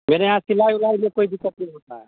मेरे यहाँ सिलाई विलाई में कोई दिक्कत नहीं होता है